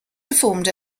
deformed